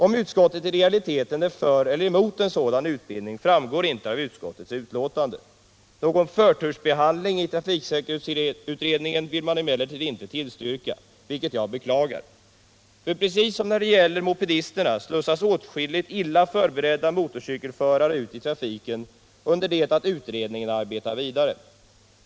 Om utskottet i realiteten är för eller emot en sådan utbildning framgår inte av utskottets betänkande. Någon förtursbehandling i trafiksäkerhetsutredningen vill man emellertid inte tillstyrka, vilket jag beklagar. För precis som när det gäller mopedisterna slussas åtskilliga illa förberedda motorcykelförare ut i trafiken under det att utredningen arbetar vidare.